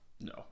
No